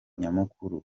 nyamukuru